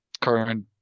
current